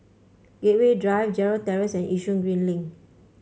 Gateway Drive Gerald Terrace and Yishun Green Link